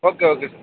okay okay sir